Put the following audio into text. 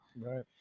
Right